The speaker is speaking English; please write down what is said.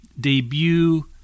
Debut